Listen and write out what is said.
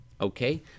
Okay